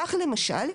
כך למשל,